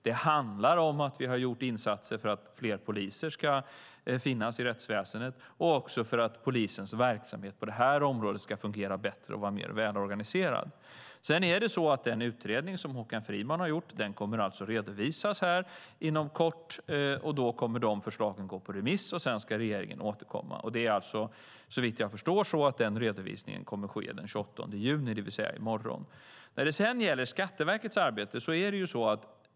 Det handlar om att vi har gjort insatser för att fler poliser ska finnas i rättsväsendet och för att polisens verksamhet på området ska fungera bättre och vara mer välorganiserad. Håkan Frimans utredning kommer att redovisas inom kort, och då kommer förslagen att skickas ut på remiss. Sedan ska regeringen återkomma. Såvitt jag förstår kommer den redovisningen att ske den 28 juni, det vill säga i morgon. Sedan var det frågan om Skatteverkets arbete.